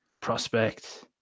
Prospect